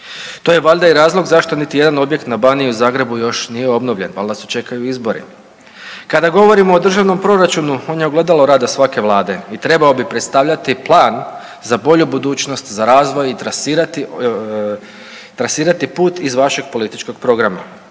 To je valjda i razlog zašto niti jedan objekt na Baniji i u Zagrebu još nije obnovljen, valjda se čekaju izbori. Kada govorimo o državnom proračunu on je ogledalo rada svake vlade i trebao bi predstavljati plan za bolju budućnost, za razvoj i trasirati, trasirati put iz vašeg političkog programa.